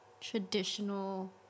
traditional